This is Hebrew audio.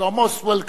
You are most welcome